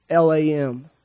LAM